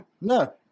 No